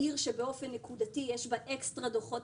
עיר שבאופן נקודתי יש בה אקסטרה דוחות,